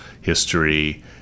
history